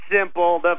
simple